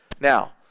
Now